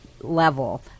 level